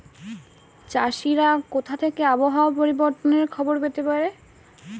চাষিরা কোথা থেকে আবহাওয়া পরিবর্তনের খবর পেতে পারে?